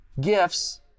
gifts